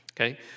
okay